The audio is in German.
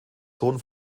sohn